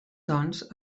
doncs